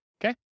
Okay